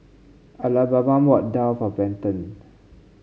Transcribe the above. Alabama bought daal for Benton